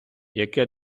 яке